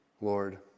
Lord